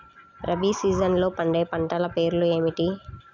రబీ సీజన్లో పండే పంటల పేర్లు ఏమిటి?